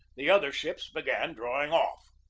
the other ships began drawing off.